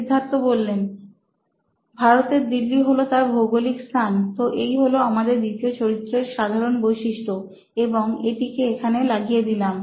সিদ্ধার্থ ভারতের দিল্লি হলো তার ভৌগোলিক স্থান তো এই হলো আমাদের দ্বিতীয় চরিত্রের সাধারণ ব্যক্তিত্ব এবং এটিকে এখানে লাগিয়ে দিলাম